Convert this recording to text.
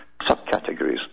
subcategories